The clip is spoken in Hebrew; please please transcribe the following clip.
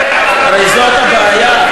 הרי זאת הבעיה,